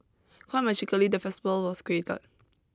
quite magically the festival was created